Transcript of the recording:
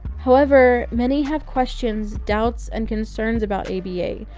however, many have questions, doubts, and concerns about aba,